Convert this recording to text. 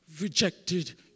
rejected